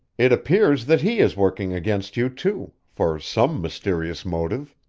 it appears that he is working against you, too, for some mysterious motive.